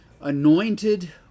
anointed